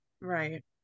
right